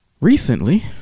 Recently